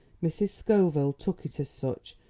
mrs. scoville took it as such,